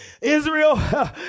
Israel